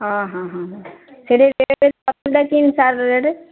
ହଁ ହଁ ହଁ ସେଠି କେମିତି ସାର୍ ରେଟ୍